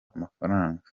amafaranga